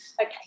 okay